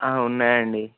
ఉన్నాయండి